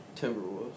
Timberwolves